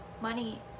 money